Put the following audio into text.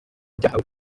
ryahawe